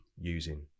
using